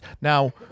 now